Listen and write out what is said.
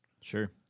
Sure